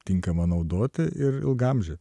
tinkama naudoti ir ilgaamžė